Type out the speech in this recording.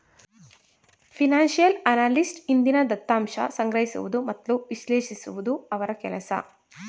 financial analyst ಹಿಂದಿನ ದತ್ತಾಂಶ ಸಂಗ್ರಹಿಸುವುದು ಮತ್ತು ವಿಶ್ಲೇಷಿಸುವುದು ಅವರ ಕೆಲಸ